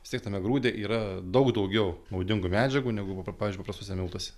vis tiek tame grūde yra daug daugiau naudingų medžiagų negu pavyzdžiui paprastuose miltuose